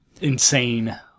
insane